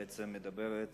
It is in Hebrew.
בעצם מדברת